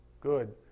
good